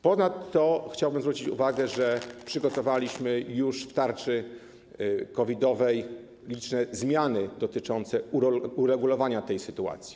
Ponadto chciałbym zwrócić uwagę, że przygotowaliśmy już w tarczy COVID-owej liczne zmiany dotyczące uregulowania tej sytuacji.